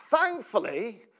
thankfully